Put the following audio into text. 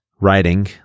writing